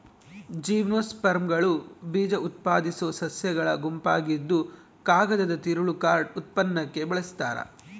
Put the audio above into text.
ಜಿಮ್ನೋಸ್ಪರ್ಮ್ಗಳು ಬೀಜಉತ್ಪಾದಿಸೋ ಸಸ್ಯಗಳ ಗುಂಪಾಗಿದ್ದುಕಾಗದದ ತಿರುಳು ಕಾರ್ಡ್ ಉತ್ಪನ್ನಕ್ಕೆ ಬಳಸ್ತಾರ